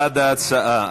בעד ההצעה,